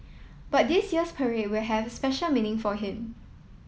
but this year's parade will have special meaning for him